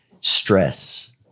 stress